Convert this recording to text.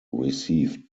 received